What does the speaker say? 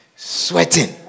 Sweating